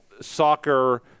soccer